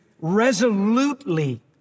resolutely